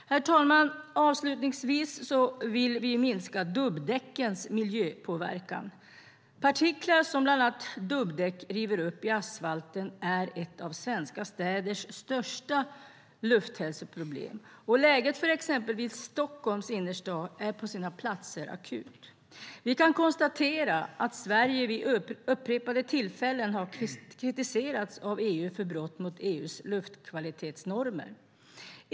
Herr talman! Vi vill minska dubbdäckens miljöpåverkan. Partiklar som bland annat dubbdäck river upp i asfalten är ett av svenska städers största lufthälsoproblem, och läget för exempelvis Stockholms innerstad är på sina platser akut. Vi kan konstatera att Sverige vid upprepade tillfällen har kritiserats av EU för brott mot EU:s luftkvalitetsnormer.